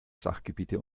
sachgebiete